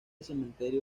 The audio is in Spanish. cementerio